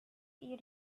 you